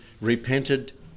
Repented